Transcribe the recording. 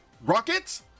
Rockets